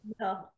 No